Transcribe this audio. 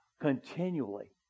continually